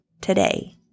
today